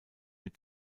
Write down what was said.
mit